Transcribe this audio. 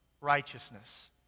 righteousness